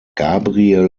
gabriel